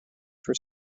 for